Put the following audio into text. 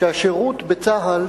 השירות בצה"ל